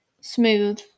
smooth